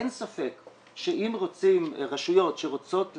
אין ספק שרשויות שרוצות לטפל,